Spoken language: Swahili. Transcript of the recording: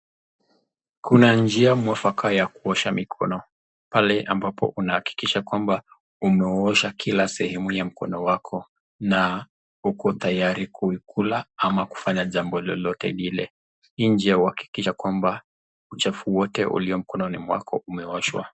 Kuna njia mwafaka ya kuosha mikono, pale ambapo unahakikisha kwamba umeosha kila sehemu ya mkono wako na uko tayari kuikula ama kufanya jambo lolote lile, nje uhakikisha kwamba uchafu wote uliomkononi mwako umeoshwa.